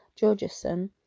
Georgeson